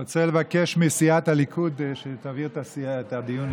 הוא אומר: כי אין לכם באמת משהו אמיתי באופוזיציה שמאחד ביניכם.